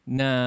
na